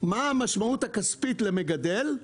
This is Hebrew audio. מה המשמעות הכספית למגדל,